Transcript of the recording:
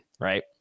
right